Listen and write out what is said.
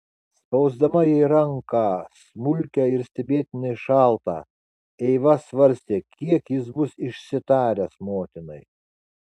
spausdama jai ranką smulkią ir stebėtinai šaltą eiva svarstė kiek jis bus išsitaręs motinai